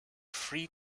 free